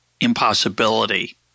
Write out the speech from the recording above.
impossibility